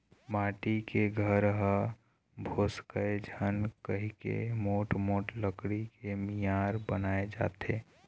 माटी के घर ह भोसकय झन कहिके मोठ मोठ लकड़ी के मियार बनाए जाथे